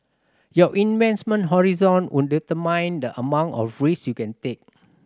your investment horizon would determine the amount of risk you can take